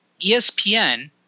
ESPN